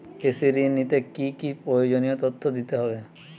কৃষি ঋণ নিতে কি কি প্রয়োজনীয় তথ্য দিতে হবে?